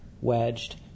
Wedged